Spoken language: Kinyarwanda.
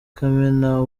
kamena